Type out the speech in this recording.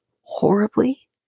horribly